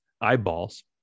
eyeballs